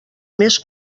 més